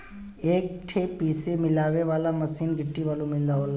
एक ठे पीसे मिलावे वाला मसीन गिट्टी बालू मिलावला